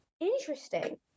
Interesting